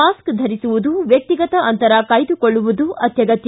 mask ಧರಿಸುವುದು ವ್ಯಕ್ತಿಗತ ಅಂತರ ಕಾಯ್ದುಕೊಳ್ಳುವುದು ಅತ್ತಗತ್ತ